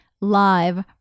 live